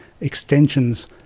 extensions